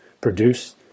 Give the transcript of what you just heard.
produce